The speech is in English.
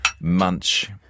munch